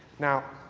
now,